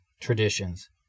traditions